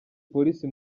polisi